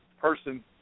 person